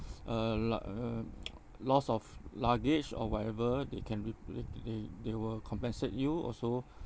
uh like uh loss of luggage or whatever they can rep~ re~ re~ they will compensate you also